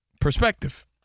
Perspective